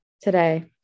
Today